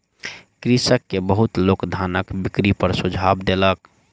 कृषक के बहुत लोक धानक बिक्री पर सुझाव देलक